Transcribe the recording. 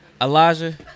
Elijah